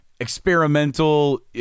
experimental